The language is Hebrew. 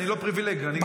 פריבילגים דיברת?